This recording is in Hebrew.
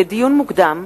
לדיון מוקדם: